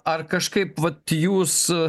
ar kažkaip vat jūs